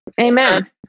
Amen